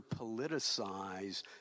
politicize